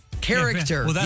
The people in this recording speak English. Character